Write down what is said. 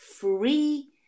free